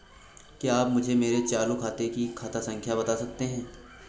क्या आप मुझे मेरे चालू खाते की खाता संख्या बता सकते हैं?